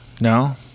No